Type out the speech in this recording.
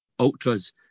Ultras